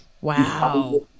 Wow